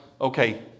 okay